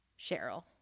Cheryl